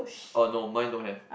oh no mine don't have